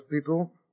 people